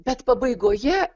bet pabaigoje